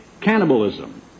cannibalism